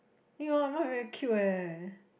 !aiyo! your mum very cute eh